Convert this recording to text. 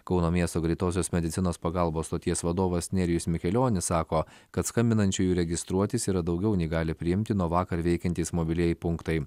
kauno miesto greitosios medicinos pagalbos stoties vadovas nerijus mikelionis sako kad skambinančiųjų registruotis yra daugiau nei gali priimti nuo vakar veikiantys mobilieji punktai